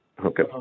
Okay